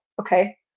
Okay